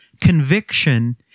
Conviction